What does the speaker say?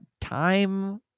time